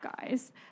guys